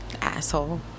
asshole